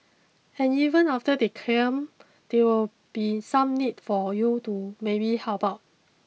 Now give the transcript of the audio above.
and even after they come there will be some need for you to maybe help out